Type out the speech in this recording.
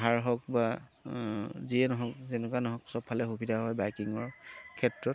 হাৰ হওক বা যিয়ে নহওক যেনেকুৱা নহওক চবফালে সুবিধা হয় বাইকিঙৰ ক্ষেত্ৰত